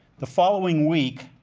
the following week,